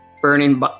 burning